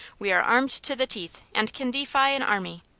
we are armed to the teeth and can defy an army.